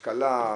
השכלה,